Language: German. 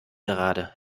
gerade